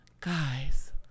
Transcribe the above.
guys